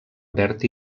verd